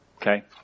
Okay